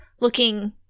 looking